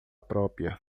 própria